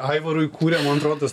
aivarui kūrė man atrodos